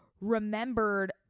remembered